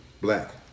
Black